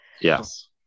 Yes